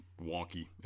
wonky